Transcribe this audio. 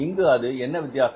இங்கு அது என்ன வித்தியாசம்